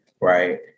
Right